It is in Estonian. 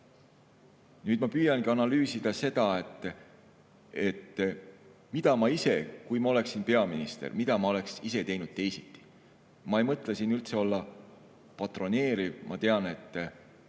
Nüüd ma püüangi analüüsida seda, et mida ma ise, kui ma oleksin peaminister, oleksin teinud teisiti. Ma ei mõtle siin üldse olla patroneeriv. Ma tean, et